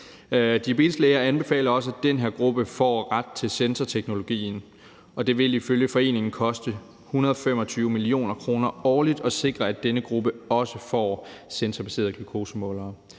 Diabeteslæger anbefaler, at også den her gruppe får ret til sensorteknologien, og det vil ifølge foreningen koste 125 mio. kr. årligt at sikre, at denne gruppe også får sensorbaserede glukosemålere.